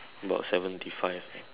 about seventy five